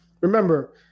remember